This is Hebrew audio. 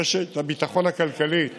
רשת הביטחון הכלכלית